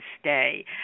stay